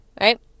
right